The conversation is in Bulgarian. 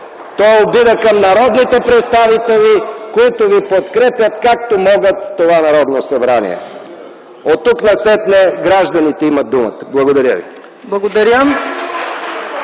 То е обида към народните представители, които Ви подкрепят, както могат в това Народно събрание. Оттук насетне гражданите имат думата. Благодаря Ви.